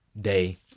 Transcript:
day